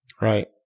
Right